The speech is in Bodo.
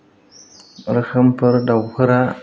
रोखोमफोर दाउफोरा